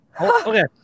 Okay